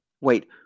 wait